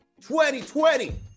2020